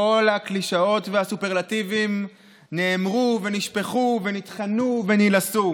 כל הקלישאות והסופרלטיבים נאמרו ונשפכו ונטחנו ונלעסו.